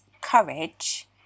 courage